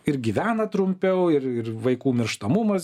ir gyvena trumpiau ir ir vaikų mirštamumas